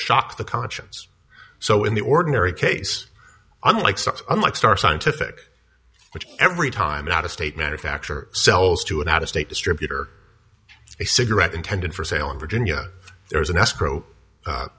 shock the conscience so in the ordinary case unlike stocks unlike star scientific which every time an out of state manufacture sells to an out of state distributor a cigarette intended for sale in virginia there is an escrow